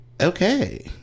Okay